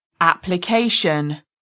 Application